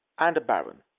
and a baron,